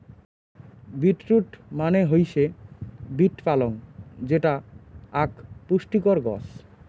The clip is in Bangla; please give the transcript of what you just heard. বিট রুট মানে হৈসে বিট পালং যেটা আক পুষ্টিকর গছ